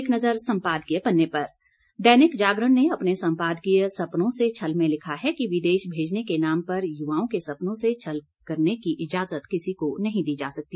एक नज़र सम्पादकीय पन्ने पर दैनिक जागरण ने अपने संपादकीय सपनों से छल में लिखा है कि विदेश भेजने के नाम पर युवाओं के सपनों से छल करने की इजाजत किसी को नहीं दी जा सकती